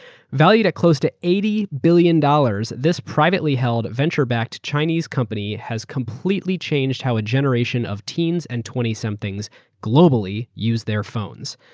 valued close to eighty billion dollars, this privately-held venture-backed chinese company has completely changed how a generation of teens and twenty somethings globally use their phones.